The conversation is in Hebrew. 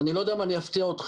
אני לא יודע אם אני אפתיע אתכם,